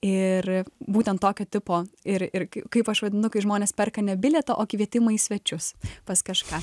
ir būtent tokio tipo ir ir kaip aš vadinu kai žmonės perka ne bilietą o kvietimą į svečius pas kažką